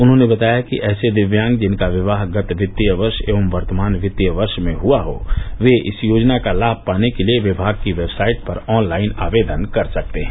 उन्होंने बताया है कि ऐसे दिव्यांग जिनका विवाह गत वित्तीय वर्ष एवं वर्तमान वित्तीय वर्ष में हुआ हो वे इस योजना का लाभ पाने के लिये विभाग की वेबसाइट पर ऑनलाइन आवेदन कर सकते हैं